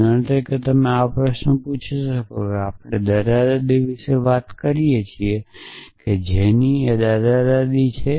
ઉદાહરણ તરીકે તમે આવા પ્રશ્નો પૂછી શકો છો કે આપણે દાદા દાદી વિશે વાત કરીએ જેની દાદા દાદી છે